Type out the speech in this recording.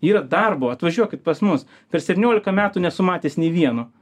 yra darbo atvažiuokit pas mus per septyniolika metų nesu matęs nei vieno